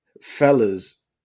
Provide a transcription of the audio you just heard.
fellas